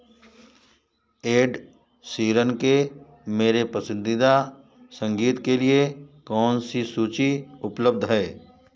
add Sheeran के मेरे पसंदीदा संगीत के लिए कौनसी सूची उपलब्ध है